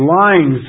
lying